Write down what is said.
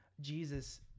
Jesus